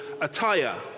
attire